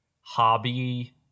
hobby